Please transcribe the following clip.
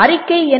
அறிக்கை என்ன